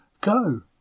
go